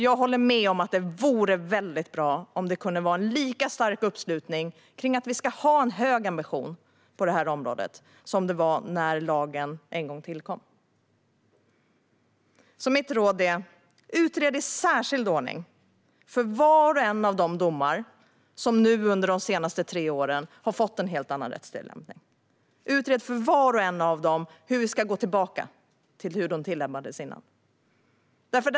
Jag håller med om att det vore väldigt bra om det kunde vara en lika stark uppslutning kring att vi ska ha en hög ambition på området som det var när lagen en gång tillkom. Mitt råd är därför: Utred i särskild ordning för var och en av de domar som nu under de senaste tre åren har fått en helt annan rättstillämpning hur vi ska gå tillbaka till hur de tillämpades tidigare!